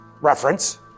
reference